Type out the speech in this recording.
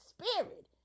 spirit